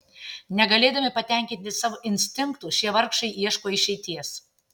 negalėdami patenkinti savo instinktų šie vargšai ieško išeities